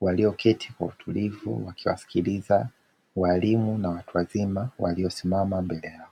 walioketi kwa utulivu, wakiwasikiliza walimu na watu wazima waliosimama mbele yao.